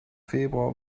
februar